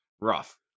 Rough